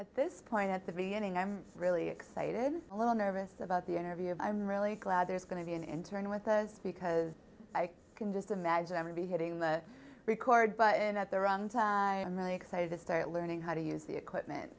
at this point at the beginning i'm really excited a little nervous about the interview and i'm really glad there's going to be an intern with us because i can just imagine ever be hitting the record button at the wrong time really excited to start learning how to use the equipment